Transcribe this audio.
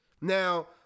Now